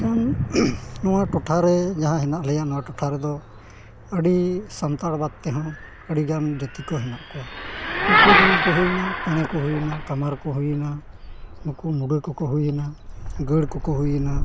ᱢᱮᱱᱠᱷᱟᱱ ᱱᱚᱣᱟ ᱴᱚᱴᱷᱟ ᱨᱮ ᱡᱟᱦᱟᱸ ᱦᱮᱱᱟᱜ ᱞᱮᱭᱟ ᱱᱚᱣᱟ ᱴᱚᱴᱷᱟ ᱨᱮᱫᱚ ᱟᱹᱰᱤ ᱥᱟᱱᱛᱟᱲ ᱵᱟᱫ ᱛᱮ ᱦᱚᱸ ᱟᱹᱰᱤᱜᱟᱱ ᱡᱟᱹᱛᱤ ᱠᱚ ᱦᱮᱱᱟᱜ ᱠᱚᱣᱟ ᱱᱩᱠᱩ ᱡᱮᱢᱚᱱ ᱠᱚ ᱦᱩᱭᱱᱟ ᱯᱮᱲᱮ ᱠᱚ ᱦᱩᱭᱱᱟ ᱠᱟᱢᱟᱨ ᱠᱚ ᱦᱩᱭᱱᱟ ᱱᱩᱠᱩ ᱢᱩᱰᱟᱹ ᱠᱚᱠᱚ ᱦᱩᱭᱱᱟ ᱜᱟᱹᱲ ᱠᱚᱠᱚ ᱦᱩᱭᱱᱟ